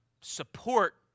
support